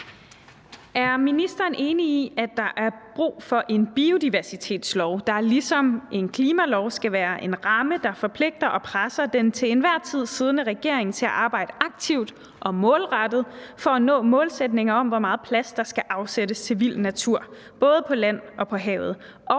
Er ministeren enig i, at der er brug for en biodiversitetslov, der ligesom en klimalov skal være en rammelov, der forpligter og presser den til enhver tid siddende regering til at arbejde aktivt og målrettet for at nå målsætninger om, hvor meget plads der skal afsættes til vild natur (naturzone) både på land og på havet,